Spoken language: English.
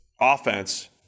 offense